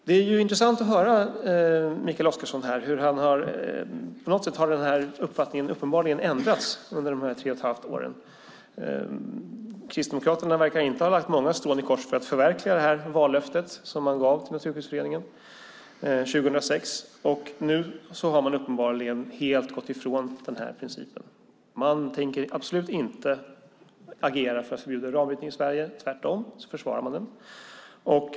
Det är intressant att höra Mikael Oscarsson. Den uppfattningen har uppenbarligen ändrats under de här tre och ett halvt åren. Kristdemokraterna verkar inte ha lagt många strån i kors för att förverkliga det vallöfte som man gav till Naturskyddsföreningen 2006. Nu har man helt gått ifrån den principen. Man tänker absolut inte agera för att förbjuda uranbrytning i Sverige. Tvärtom försvarar man den.